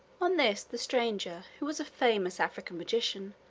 on this the stranger, who was a famous african magician,